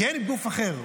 כי אין גוף אחר.